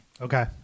okay